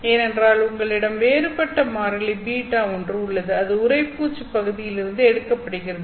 ஏனென்றால் உங்களிடம் வேறுபட்ட மாறிலி B ஒன்று உள்ளது அது உறைப்பூச்சு பகுதியில் இருந்து எடுக்கப்படுகிறது